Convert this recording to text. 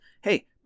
Hey